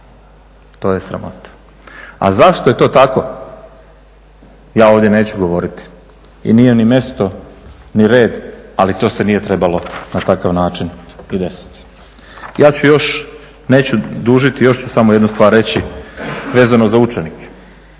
to je sramota. A zašto je to tako ja ovdje neću govoriti i nije ni mjesto ni red, ali to se nije trebalo na takav način desiti. Neću dužiti, još ću samo jednu stvar reći vezano za učenike.